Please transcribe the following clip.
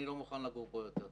אני לא מוכן לגור פה יותר.